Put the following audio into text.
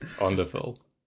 Wonderful